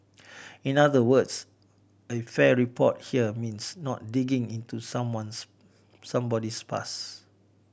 in other words a fair report here means not digging into someone's somebody's past